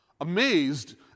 Amazed